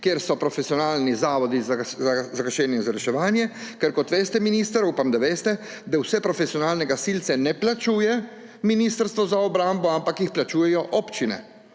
kjer so profesionalni zavodi za gašenje in reševanje. Ker kot veste, minister – upam, da veste – vseh profesionalnih gasilcev ne plačuje Ministrstvo za obrambo, ampak jih plačujejo občine.